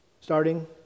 starting